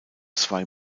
zwei